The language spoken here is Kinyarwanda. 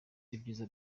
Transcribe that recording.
ibyiza